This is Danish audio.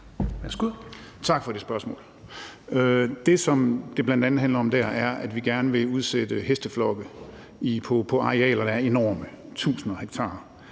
Tak for det spørgsmål. Det, som det bl.a. handler om der, er, at vi gerne vil udsætte hesteflokke på arealer, der er enorme – tusinder af hektar.